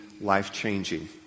life-changing